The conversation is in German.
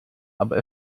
aber